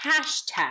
hashtag